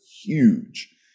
huge